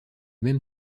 même